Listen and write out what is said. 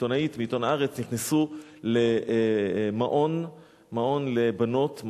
נכנסו למעון לבנות,